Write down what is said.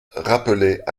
rappelait